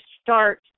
start